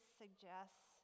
suggests